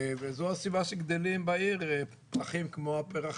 וזו הסיבה שגדלים בעיר פרחים כמו הפרח